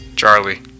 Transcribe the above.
Charlie